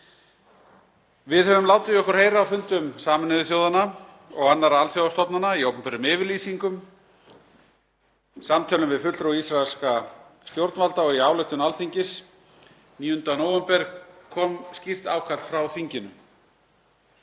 Við höfum látið í okkur heyra á fundum Sameinuðu þjóðanna og annarra alþjóðastofnana í opinberum yfirlýsingum, samtölum við fulltrúa ísraelska stjórnvalda og í ályktun Alþingis 9. nóvember kom skýrt ákall frá þinginu.